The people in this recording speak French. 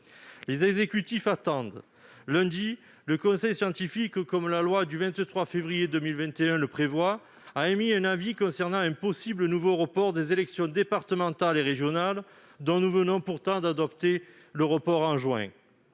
Les exécutifs attendent. Lundi, le conseil scientifique, comme la loi du 23 février 2021 le prévoit, a émis un avis concernant un possible nouveau report des élections départementales et régionales, dont nous venons pourtant d'adopter le report en juin.